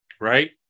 Right